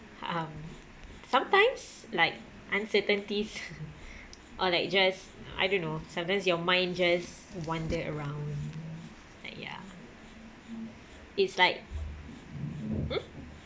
um sometimes like uncertainties or like just uh I don't know sometimes your mind just wander around like ya it's like !huh! hmm